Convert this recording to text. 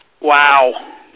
Wow